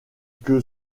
que